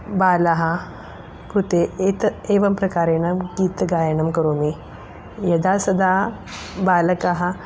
बालः कृते एत एवं प्रकारेण गीत् गायनं करोमि यदा सदा बालकः